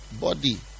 body